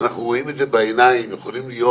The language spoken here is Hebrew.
אנחנו רואים את זה בעיניים, יכולים להיות